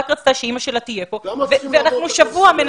רק רצתה שאימא שלה תהיה פה ואנחנו שבוע מנסים להתנהל.